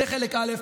זה חלק א'.